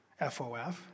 FOF